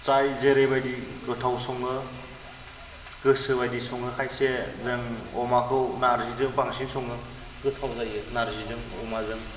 जाय जेरैबायदि गोथाव सङो गोसो बायदि सङो खायसे जों अमाखौ नार्जिजों बांसिन सङो गोथाव जायो नार्जिजों अमाजों